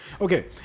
Okay